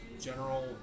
general